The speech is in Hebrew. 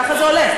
ככה זה הולך.